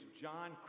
John